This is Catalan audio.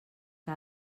que